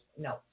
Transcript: No